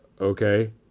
okay